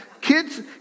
Kids